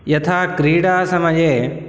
यथा क्रीडासमये